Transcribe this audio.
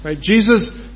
Jesus